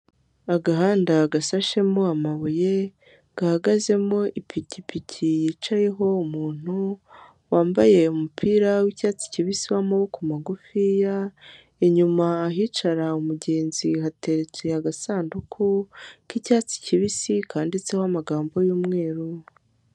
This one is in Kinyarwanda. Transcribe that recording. Agahanda gasashemo amabuye gahagazemo ipikipiki yicayeho umuntu, wambaye umupira wicyatsi kibisi w'amaboko magufiya, inyuma, ahicara umugenzi hateretse agasanduku k'icyatsi kibisi kandiditseho amagambo yumweru.